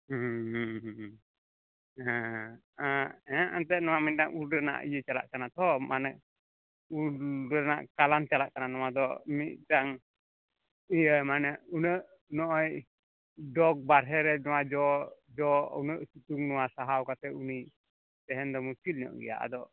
ᱦᱮᱸ ᱦᱮᱸ ᱮᱱᱛᱮᱫ ᱱᱚᱣᱟ ᱢᱮᱱᱮᱫᱟᱢ ᱩᱞ ᱨᱮᱱᱟᱜ ᱤᱭᱟᱹ ᱪᱟᱞᱟᱜ ᱠᱟᱱᱟ ᱛᱚ ᱢᱟᱱᱮ ᱩᱞ ᱨᱮᱱᱟᱜ ᱪᱟᱞᱟᱱ ᱪᱟᱞᱟᱜ ᱠᱟᱱᱟ ᱱᱚᱣᱟ ᱫᱚ ᱢᱤᱫᱴᱟᱝ ᱤᱭᱟᱹ ᱢᱟᱱᱮ ᱩᱱᱟᱹᱜ ᱱᱚᱜᱼᱚᱭ ᱰᱚᱜ ᱵᱟᱨᱦᱮ ᱨᱮ ᱱᱚᱣᱟ ᱡᱚ ᱡᱚ ᱩᱱᱟᱹᱜ ᱥᱤᱛᱩᱝ ᱱᱚᱣᱟ ᱥᱟᱦᱟᱣ ᱠᱟᱛᱮᱫ ᱩᱱᱤ ᱛᱟᱦᱮᱱ ᱫᱚ ᱢᱩᱥᱠᱤᱞ ᱧᱚᱜ ᱜᱮᱭᱟ ᱟᱫᱚ